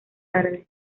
tarde